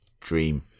dream